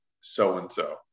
so-and-so